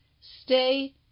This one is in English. stay